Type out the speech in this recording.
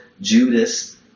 Judas